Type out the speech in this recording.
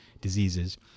diseases